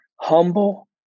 humble